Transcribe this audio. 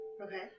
Okay